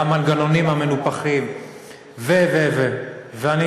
והמנגנונים המנופחים, ועוד, ועוד, ועוד.